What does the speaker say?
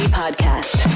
podcast